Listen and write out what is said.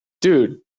dude